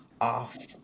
off